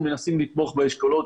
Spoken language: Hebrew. אנחנו מנסים לתמוך באשכולות,